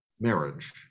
marriage